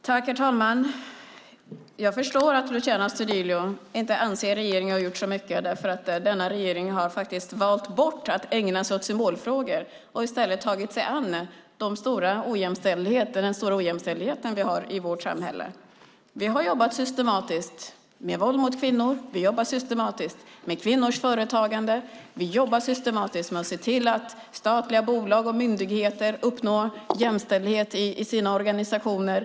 Herr talman! Jag förstår att Luciano Astudillo inte anser att regeringen har gjort så mycket, för denna regering har faktiskt valt bort att ägna sig åt symbolfrågor och i stället tagit sig an den stora ojämställdheten vi har i vårt samhälle. Vi jobbar systematiskt med våld mot kvinnor. Vi jobbar systematiskt med kvinnors företagande. Vi jobbar systematiskt med att se till att statliga bolag och myndigheter uppnår jämställdhet i sina organisationer.